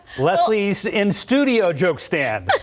leslie's in studio joke stand,